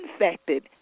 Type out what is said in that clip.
infected